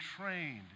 trained